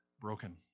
broken